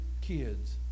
kids